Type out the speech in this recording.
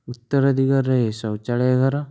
ଉତ୍ତର ଦିଗରେ ରୁହେ ଶୌଚାଳୟ ଘର